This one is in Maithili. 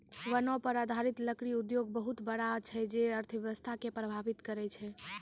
वनो पर आधारित लकड़ी उद्योग बहुत बड़ा छै जे अर्थव्यवस्था के प्रभावित करै छै